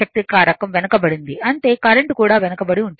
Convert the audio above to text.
శక్తి కారకం వెనుకబడింది అంటే కరెంట్ కూడా వెనుకబడి ఉంటుంది